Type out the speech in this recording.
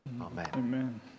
Amen